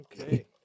Okay